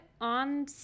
on